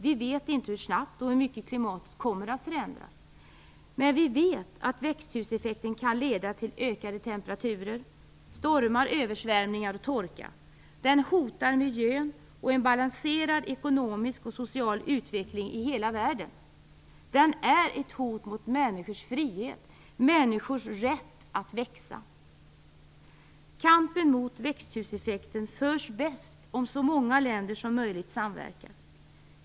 Vi vet inte hur snabbt och hur mycket klimatet kommer att förändras. Men vi vet att växthuseffekten kan leda till ökade temperaturer, stormar, översvämningar och torka. Den hotar miljön och en balanserad ekonomisk och social utveckling i hela världen. Den är ett hot mot människors frihet och människors rätt att växa. Kampen mot växthuseffekten förs bäst om så många länder som möjligt samverkar.